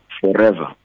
forever